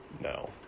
No